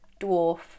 Dwarf